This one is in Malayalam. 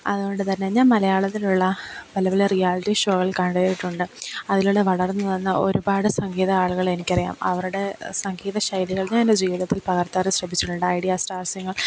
അതുകൊണ്ടുതന്നെ ഞാൻ മലയാളത്തിലുള്ള പല പല റിയാലിറ്റി ഷോകൾ കണ്ടിട്ടുണ്ട് അതിലൂടെ വളർന്ന് വന്ന ഒരുപാട് സംഗീത ആളുകൾ എനിക്ക് അറിയാം അവരുടെ സംഗീത ശൈലികൾ ഞാൻ എൻ്റെ ജീവിതത്തിൽ പകർത്താൻ ശ്രമിച്ചിട്ടുണ്ട് ഐഡിയാ സ്റ്റാർ സിങ്ങർ